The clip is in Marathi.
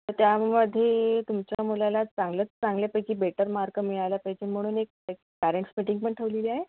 तर त्यामधे तुमच्या मुलाला चांगलं चांगल्यापैकी बेटर मार्क मिळायला पाहिजे म्हणून एक एक पॅरेंट्स मीटिंगपण ठेवलेली आहे